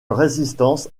résistance